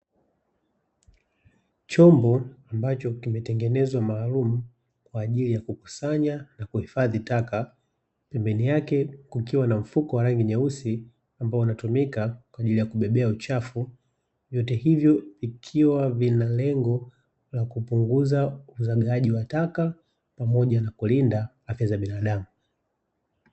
Chombo ambacho kimetengenezwa maalumu kwa ajili ya kukusanya na kuhifadhi taka, pembeni yake kukiwa na mfuko wa rangi nyeusi ambao unatumika kwa ajili ya kubebea uchafu, vyote hivyo vikiwa vina lengo la kupunguza uzagaaji wa taka pamoja na kulinda afya za binadamu.